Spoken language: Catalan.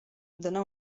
dóna